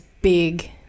big